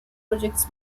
projects